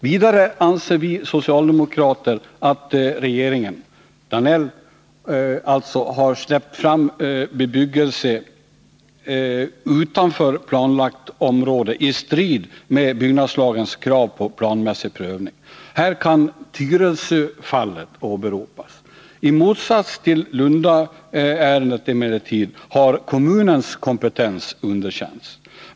Vidare anser vi socialdemokrater att regeringen — dvs. statsrådet Danell — har släppt fram bebyggelse utanför planlagt område, i strid med byggnadslagens krav på planmässig prövning. Här kan Tyresöfallet åberopas. I motsats till Lundaärendet har emellertid kommunens kompetens underkänts.